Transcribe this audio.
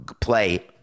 play